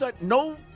no